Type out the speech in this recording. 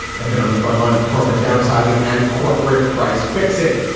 had been on the front lines of corporate downsizing and corporate price fixing.